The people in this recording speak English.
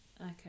Okay